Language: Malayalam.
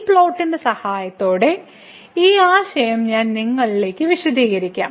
ഈ പ്ലോട്ടിന്റെ സഹായത്തോടെ ഈ ആശയം ഞാൻ നിങ്ങൾക്ക് വിശദീകരിക്കാം